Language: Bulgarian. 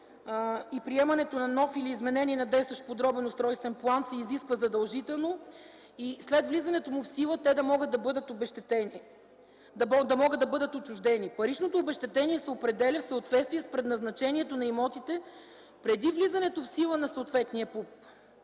и приемането на нов или изменението на действащ подробен устройствен план се изисква задължително и след влизането му в сила да могат да бъдат отчуждени. Паричното обезщетение се определя в съответствие с предназначението на имотите преди влизането в сила на съответния